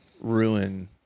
ruin